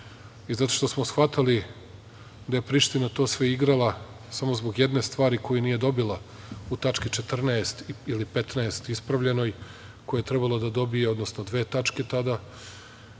i zato što smo shvatali da je Priština to sve igrala samo zbog jedne stvari koju nije dobila u tački 14) ili 15) ispravljenoj, koju je trebalo da dobije, odnosno dve tačke tada,